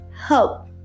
help